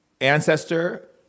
ancestor